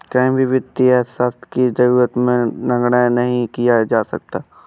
कहीं भी वित्तीय अर्थशास्त्र की जरूरत को नगण्य नहीं किया जा सकता है